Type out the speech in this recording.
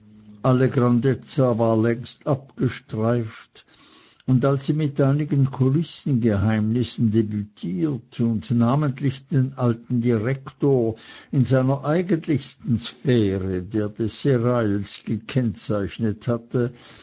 alle grandezza war längst abgestreift und als sie mit einigen kulissengeheimnissen debütiert und namentlich den alten direktor in seiner eigentlichsten sphäre der des serails gekennzeichnet hatte